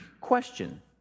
question